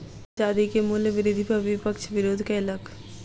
प्याज आदि के मूल्य वृद्धि पर विपक्ष विरोध कयलक